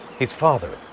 his father,